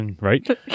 Right